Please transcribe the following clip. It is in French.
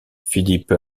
philippe